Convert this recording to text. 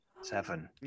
Seven